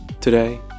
Today